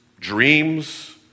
dreams